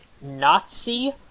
Nazi